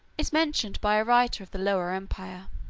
is mentioned by a writer of the lower empire.